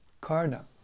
Karna